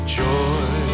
joy